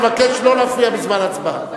אני מבקש לא להפריע בזמן ההצבעה.